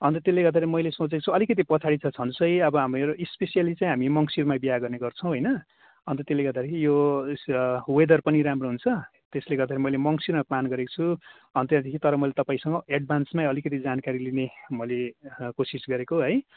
अन्त त्यसले गर्दाखेरि मैले सोचेको छु अलिकति पछाडि छ छनु चाहिँ अब हाम्रो यो स्पेसियल्ली चाहिँ हामी मङ्सिरमा बिहा गर्ने गर्छौँ होइन अन्त त्यसले गर्दाखेरि यो उस् वेदर पनि राम्रो हुन्छ त्यसले गर्दाखेरि मैले मङ्सिरमा प्लान गरेको छु त्यहाँदेखि मैले तपाईँलाई एड्भान्समै अलिकति जानकारी लिने मैले कोसिस गरेको है